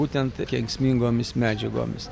būtent kenksmingomis medžiagomis